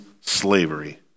slavery